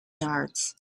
yards